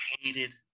hated